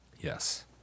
Yes